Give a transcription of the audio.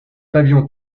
pavillon